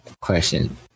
question